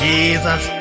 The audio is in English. Jesus